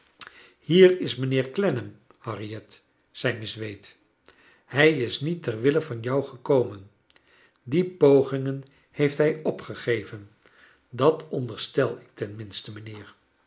drempel hieris mijnheer clennam harriet zei miss wade hij is niet ter wille van jou gekomen die pogingen heeft hij opgegeven dat onderstel ik ten minste mijnheer